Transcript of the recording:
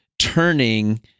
turning